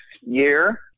year